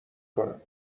کنم